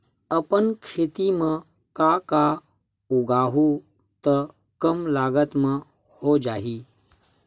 अपन खेत म का का उगांहु त कम लागत म हो जाही?